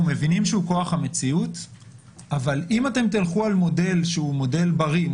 אנחנו מבינים שהוא כוח המציאות אבל אם אתם תלכו על מודל שהוא מודל בריא,